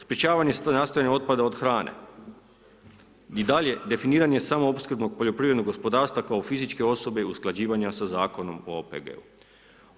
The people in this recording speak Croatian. Sprječavanje nastajanja otpada od hrane, i dalje definiran je samo opskrba poljoprivrednog gospodarstva kao fizičke osobe i usklađivanja sa Zakonom o OPG-u.